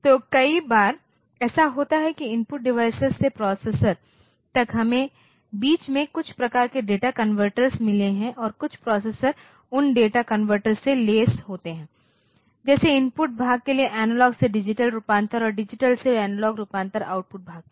तो कई बार ऐसा होता है कि इनपुट डिवाइस से प्रोसेसर तक हमे बीच में कुछ प्रकार के डेटा कन्वर्टर्स मिले हैं और कुछ प्रोसेसर उन डेटा कन्वर्टर्स से लैस होते हैं जैसे इनपुट भाग के लिए एनालॉग से डिजिटल रूपांतरण और डिजिटल से एनालॉग रूपांतरण आउटपुट भाग के लिए